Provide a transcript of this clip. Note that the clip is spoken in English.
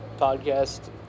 podcast